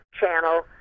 channel